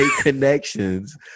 connections